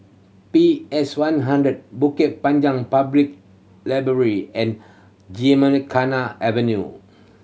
P S One hundred Bukit Panjang Public Library and Gymkhana Avenue